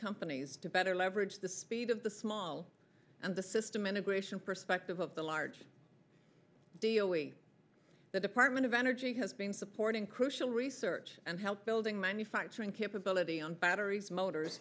companies to better leverage the speed of the small and the system integration perspective of the large deal we the department of energy has been supporting crucial research and help building manufacturing capability on batteries motors